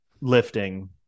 lifting